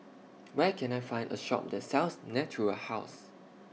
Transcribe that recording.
Where Can I Find A Shop that sells Natura House